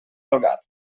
algar